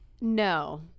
no